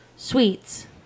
sweets